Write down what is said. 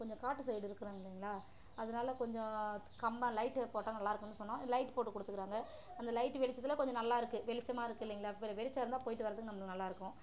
கொஞ்சம் காட்டு சைடு இருக்கிறோம் இல்லைங்களா அதனால் கொஞ்சம் கம்பம் லைட்டு போட்டால் நல்லாயிருக்குனு சொன்னோம் லைட் போட்டு கொடுத்துருக்குறாங்க அந்த லைட்டு வெளிச்சத்தில் கொஞ்சம் நல்லாயிருக்கு வெளிச்சமாக இருக்கு இல்லைங்களா வெளி வெளிச்சம் இருந்தால் போய்ட்டு வர்றதுக்கு நம்மளுக்கு நல்லாயிருக்கும்